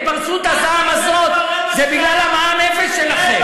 התפרצות הזעם הזאת היא בגלל המע"מ אפס שלכם.